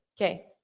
okay